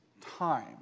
time